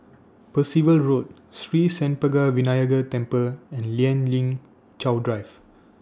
Percival Road Sri Senpaga Vinayagar Temple and Lien Ling Chow Drive